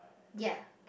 ya